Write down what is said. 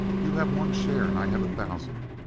you have one share and i have a thousand.